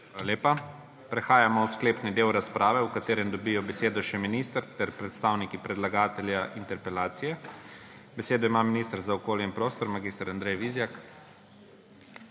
lepa. Prehajamo v sklepni del razprave, v katerem dobijo besedo še minister ter predstavniki predlagatelja interpelacije. Besedo ima minister za okolje in prostor mag. Andrej Vizjak.